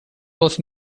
was